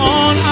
on